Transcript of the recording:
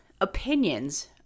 opinions